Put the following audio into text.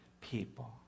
people